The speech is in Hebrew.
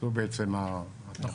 זו בעצם האמירה.